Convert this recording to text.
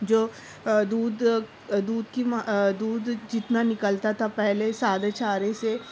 جو دودھ کی ما دودھ جتنا نکلتا تھا پہلے سادے چارے سے